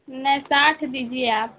نہیں ساٹھ دیجیے آپ